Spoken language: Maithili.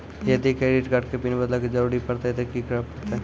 यदि क्रेडिट कार्ड के पिन बदले के जरूरी परतै ते की करे परतै?